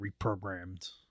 reprogrammed